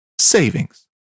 savings